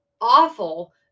awful